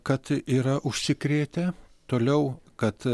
kad yra užsikrėtę toliau kad